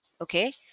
okay